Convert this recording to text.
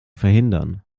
verhindern